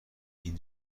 این